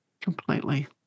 completely